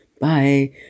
Bye